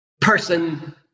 person